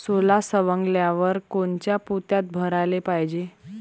सोला सवंगल्यावर कोनच्या पोत्यात भराले पायजे?